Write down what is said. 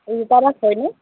ৰীতা দাস হয়নে